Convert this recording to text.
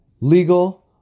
Legal